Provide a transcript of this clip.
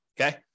Okay